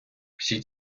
всі